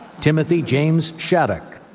timothy james shattuck.